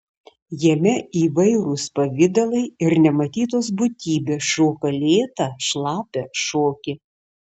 jame įvairūs pavidalai ir nematytos būtybės šoko lėtą šlapią šokį